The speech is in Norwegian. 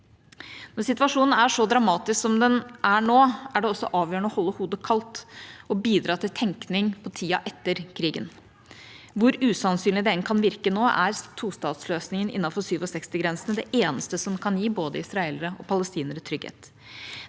Når situasjonen er så dramatisk som den er nå, er det også avgjørende å holde hodet kaldt og bidra til tenkning om tida etter krigen. Hvor usannsynlig det enn kan virke nå, er tostatsløsningen innenfor 1967-grensen det eneste som kan gi både israelere og palestinere trygghet.